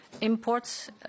imports